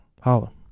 holla